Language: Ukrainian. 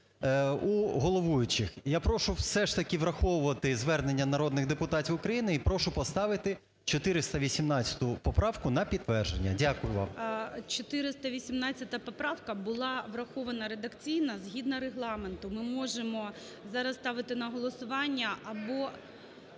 у головуючих. Я прошу все ж таки враховувати звернення народних депутатів України і прошу поставити 418 поправку на підтвердження. Дякую вам. ГОЛОВУЮЧИЙ. 418 поправка була врахована редакційно згідно Регламенту. Ми можемо зараз ставити на голосування або…